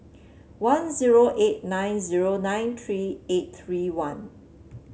one zero eight nine zero nine three eight three one